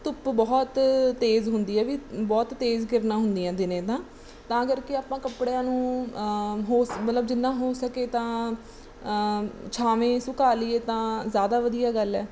ਧੁੱਪ ਬਹੁਤ ਤੇਜ਼ ਹੁੰਦੀ ਹੈ ਵੀ ਬਹੁਤ ਤੇਜ਼ ਕਿਰਨਾਂ ਹੁੰਦੀਆਂ ਦਿਨੇ ਦਾ ਤਾਂ ਕਰਕੇ ਆਪਾਂ ਕੱਪੜਿਆਂ ਨੂੰ ਹੋ ਮਤਲਬ ਜਿੰਨਾ ਹੋ ਸਕੇ ਤਾਂ ਛਾਵੇਂ ਸੁਕਾ ਲਈਏ ਤਾਂ ਜ਼ਿਆਦਾ ਵਧੀਆ ਗੱਲ ਹੈ